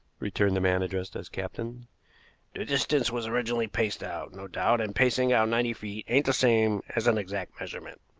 returned the man addressed as captain. the distance was originally paced out no doubt, and pacing out ninety feet ain't the same as an exact measurement.